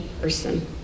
person